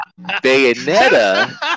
Bayonetta